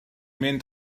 mynd